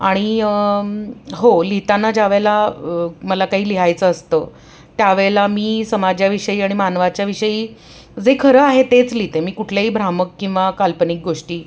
आणि हो लिहिताना ज्या वेळेला मला काही लिहायचं असतं त्या वेळेला मी समाजाविषयी आणि मानवाच्या विषयी जे खरं आहे तेच लिहिते मी कुठल्याही भ्रामक किंवा काल्पनिक गोष्टी